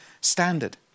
standard